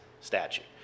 statute